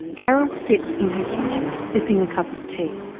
and carol sits in her kitchen sipping a cup of tea,